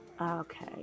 okay